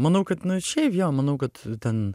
manau kad nu šiaip jo manau kad ten